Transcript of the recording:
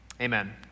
Amen